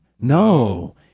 No